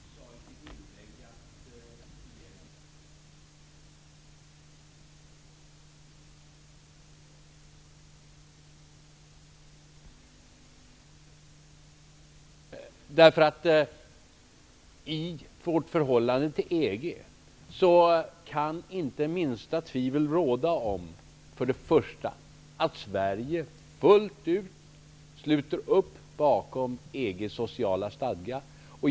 Herr talman! Med anledning av det som Berit Löfstedt sade i sitt inlägg vill jag framhålla att det i vårt förhållande till EG inte kan råda minsta tvivel till att börja med om att Sverige fullt ut sluter upp bakom EG:s sociala stadga.